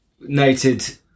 noted